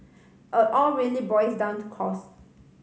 all all really boils down to cost